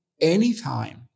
anytime